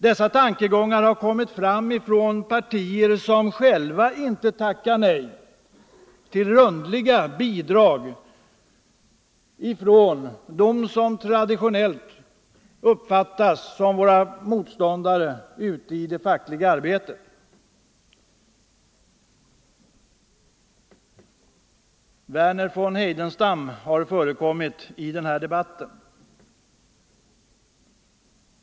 Dessa tankegångar har kommit från partier som själva inte tackar nej till rundliga bidrag från dem som traditionellt uppfattas som våra motståndare i det fackliga arbetet. Verner von Heidenstam har förekommit i den här debatten.